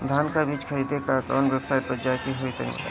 धान का बीज खरीदे ला काउन वेबसाइट पर जाए के होई तनि बताई?